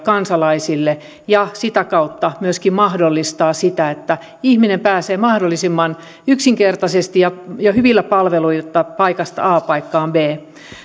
kansalaisille ja sitä kautta myöskin mahdollistaa sitä että ihminen pääsee mahdollisimman yksinkertaisesti ja ja hyvillä palveluilla paikasta a paikkaan b